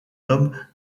homme